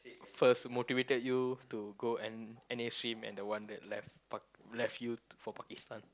first motivated you to go N~ N_A stream and the one that left Pak~ left you for Pakistan